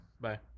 Bye